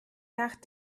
nach